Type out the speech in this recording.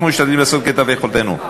אנחנו משתדלים לעשות כמיטב יכולתנו.